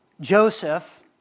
Joseph